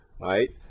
right